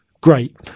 great